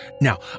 Now